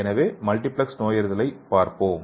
எனவே மல்டிபிளக்ஸ் நோயறிதலைப் பார்ப்போம்